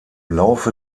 laufe